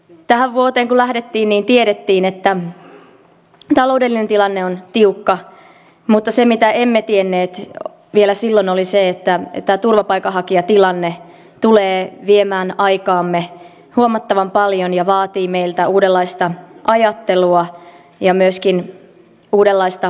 tähän vuoteen kun lähdettiin niin tiedettiin että taloudellinen tilanne on tiukka mutta se mitä emme tienneet vielä silloin oli se että tämä turvapaikanhakijatilanne tulee viemään aikaamme huomattavan paljon ja vaatii meiltä uudenlaista ajattelua ja myöskin uudenlaista asennetta